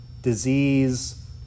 disease